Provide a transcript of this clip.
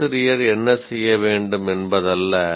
ஆசிரியர் என்ன செய்ய வேண்டும் என்பதல்ல